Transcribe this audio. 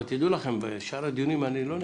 אבל תדעו לכם בשאר הדיונים אני לא נחמד...